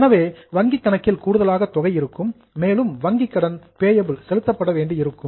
எனவே வங்கிக் கணக்கில் கூடுதல் தொகை இருக்கும் மேலும் வங்கி கடன் பேயபில் செலுத்தப்பட வேண்டியிருக்கும்